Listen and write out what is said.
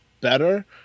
better